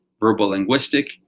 verbal-linguistic